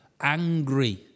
angry